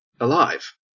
alive